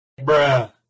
bruh